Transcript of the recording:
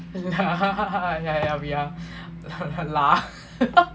yeah we are lah